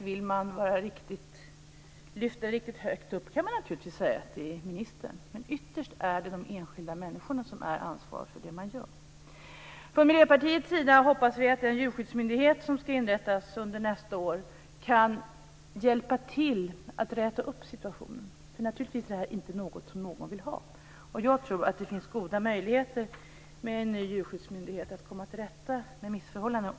Vill man lyfta det riktigt högt upp kan man naturligtvis säga att det är ministern. Men ytterst är det de enskilda människorna som är ansvariga för det de gör. Miljöpartiet hoppas att den djurskyddsmyndighet som ska inrättas under nästa år kan hjälpa till att räta upp situationen. Naturligtvis är det här inte något som någon vill ha. Jag tror att det finns goda möjligheter att med en ny djurskyddsmyndighet komma till rätta med missförhållandena.